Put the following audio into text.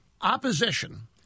opposition